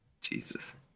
Jesus